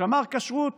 שמר כשרות